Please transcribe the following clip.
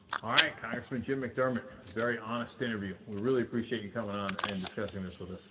ah congressman jim mcdermott, very honest interview. we really appreciate you coming on and discussing this with us.